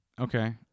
okay